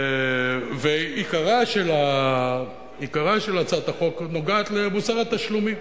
עיקרה של הצעת החוק נוגע למוסר התשלומים,